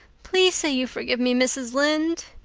please say you forgive me, mrs. lynde.